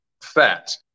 fat